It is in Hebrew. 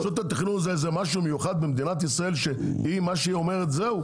רשות התכנון זה איזה משהו מיוחד במדינת ישראל ומה שהיא אומרת זהו?